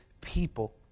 people